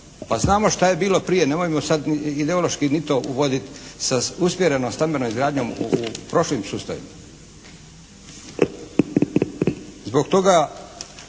Pa znamo što je bilo prije. Nemojmo sad ideološki mi to uvoditi sa usmjerenom stambenom izgradnjom u prošlim sustavima.